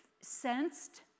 sensed